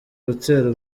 gutera